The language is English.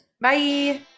Bye